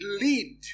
lead